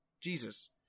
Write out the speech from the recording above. Jesus